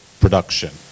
Production